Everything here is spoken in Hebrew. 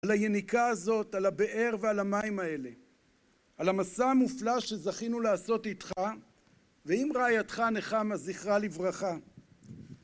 על היניקה הזאת, על הבאר ועל המים האלה, על המסע המופלא שזכינו לעשות איתך, ועם רעייתך נחמה זכרה לברכה.